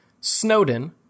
Snowden